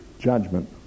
judgment